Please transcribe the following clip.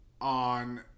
on